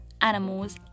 animals